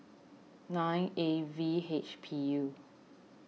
nine A V H P U